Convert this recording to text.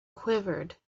quivered